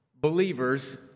believers